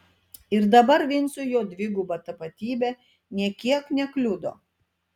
ir dabar vincui jo dviguba tapatybė nė kiek nekliudo